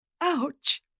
Ouch